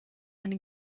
eine